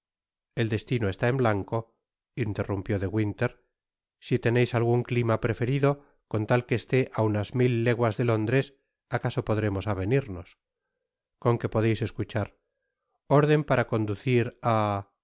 el destino está en blanco interrumpió de winter si teneis algun clima preferido con tal que esté á unas mil leguas de londres acaso podremos avenirnos con qué podeis escuchar orden para conducir á